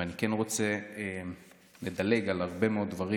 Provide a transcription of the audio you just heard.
אני רוצה לדלג על הרבה מאוד דברים.